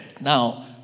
Now